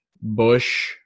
Bush